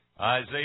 Isaiah